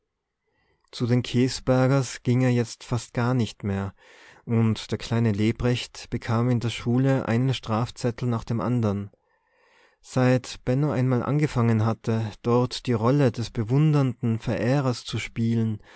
zu den käsbergers ging er jetzt fast gar nicht mehr und der kleine lebrecht bekam in der schule einen strafzettel nach dem andern seit benno einmal angefangen hatte dort die rolle des bewundernden verehrers zu spielen